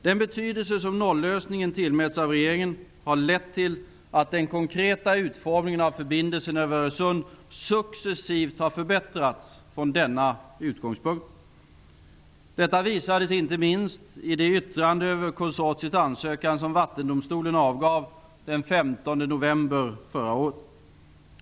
Den betydelse som nollösningen tillmäts av regeringen har lett till att den konkreta utformningen av förbindelsen över Öresund successivt har förbättrats från denna utgångspunkt. Detta visades icke minst i det yttrande över konsortiets ansökan som Vattendomstolen avgav den 15 november förra året.